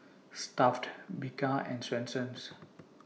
Stuff'd Bika and Swensens